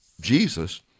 Jesus